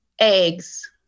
eggs